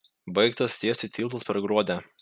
baigtas tiesti tiltas per gruodę